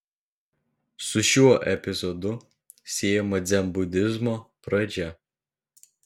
su šiuo epizodu siejama dzenbudizmo pradžia